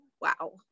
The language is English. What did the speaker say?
Wow